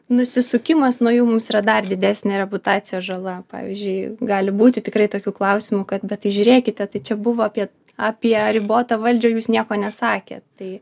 nusisukimas nuo jų mums yra dar didesnė reputacijos žala pavyzdžiui gali būti tikrai tokių klausimų kad bet tai žiūrėkite tai čia buvo apie apie ribotą valdžią jūs nieko nesakėt tai